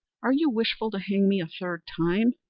are you wishful to hang me a third time?